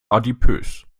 adipös